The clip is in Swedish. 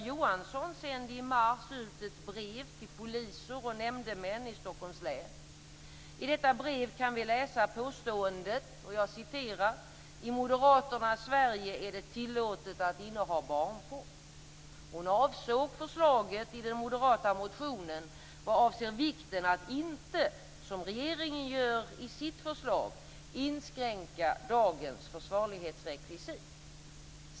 Johansson sände i mars ut ett brev till poliser och nämndemän i Stockholms län. I detta brev kan vi läsa påståendet: "I moderaternas Sverige är det tillåtet att inneha barnporr." Hon avsåg förslaget i den moderata motionen vad avser vikten av att inte, som regeringen gör i sitt förslag, inskränka dagens försvarlighetsrekvisit.